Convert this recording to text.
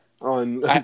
on